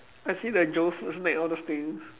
I see the Joe food snack all those things